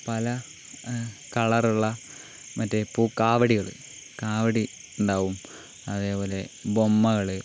പല കളറുള്ള മറ്റേ പൂ കാവടികള് കാവടിയുണ്ടാകും അതേപോലെ ബൊമ്മകള്